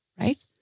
Right